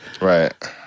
right